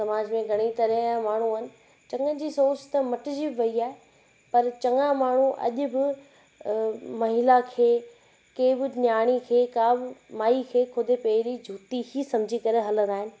समाज में घणईं तरह जा माण्हू आहिनि चङनि जी सोच त मटिजी वई आहे पर चङा माण्हू अॼ बि महिला खे के बि न्याणी खे का बि माई खे ख़ुदि पैर जी जूती ई समुझी करे हलंदा आहिनि